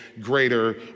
greater